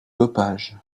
dopage